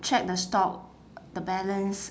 check the stock the balance